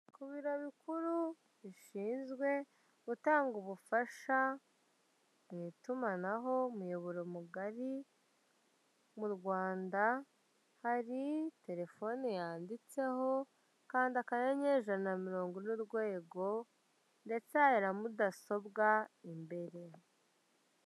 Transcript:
Ku biro bikuru bishinzwe gutanga ubufasha mu itumanaho umuyoboro mugari mu Rwanda hari telefoni yanditseho kanda akanyenyeri ijana na mirongo ine urwego, ndetse hari na mudasobwa imbere.